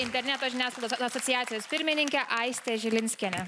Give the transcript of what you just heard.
interneto žiniasklaidos asociacijos pirmininkė aistė žilinskienė